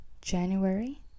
January